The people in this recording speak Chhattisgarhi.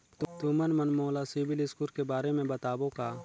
तुमन मन मोला सीबिल स्कोर के बारे म बताबो का?